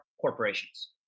corporations